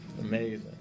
Amazing